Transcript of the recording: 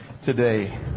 today